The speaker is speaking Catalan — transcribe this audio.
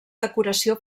decoració